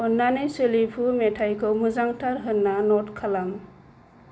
अननानै सोलिफु मेथाइखौ मोजांथार होनना न'ट खालाम